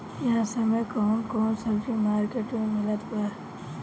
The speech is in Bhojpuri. इह समय कउन कउन सब्जी मर्केट में मिलत बा?